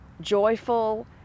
joyful